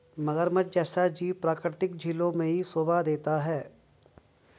मगरमच्छ जैसा जीव प्राकृतिक झीलों में ही शोभा देता है